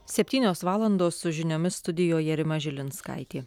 septynios valandos su žiniomis studijoje rima žilinskaitė